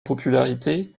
popularité